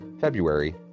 February